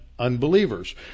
unbelievers